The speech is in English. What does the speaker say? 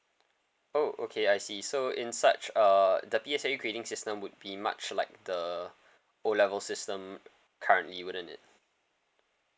oh okay I see so in such uh the P_S_L_E grading system would be much like the o level system currently wouldn't it